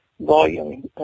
volume